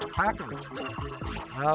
packers